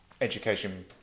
education